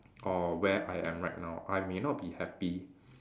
or where I am right now I may not be happy